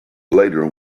later